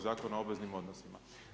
Zakona o obveznim odnosima.